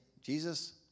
Jesus